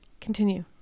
continue